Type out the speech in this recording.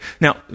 Now